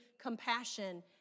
compassion